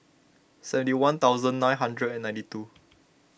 seventy one thousand nine hundred and ninety two